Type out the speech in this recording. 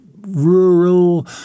rural